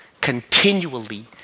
continually